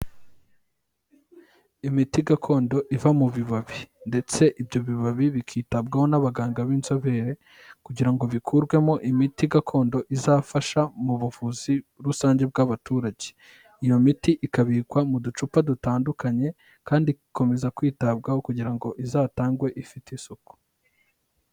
Imiti gakondo iva mu bibabi ndetse ibyo bibabi bikitabwaho n'abaganga b'inzobere kugira ngo bikurwemo imiti gakondo izafasha mu buvuzi rusange bw'abaturage, iyo miti ikabikwa mu ducupa dutandukanye kandi igakomeza kwitabwaho kugira ngo izatangwe ifite isuku.